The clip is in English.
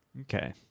Okay